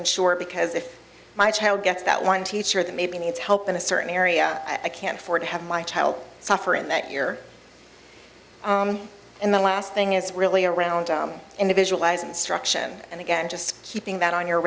ensure because if my child gets that one teacher that maybe needs help in a certain area i can't afford to have my child suffer in that year and the last thing is really around individualized instruction and again just keeping that on your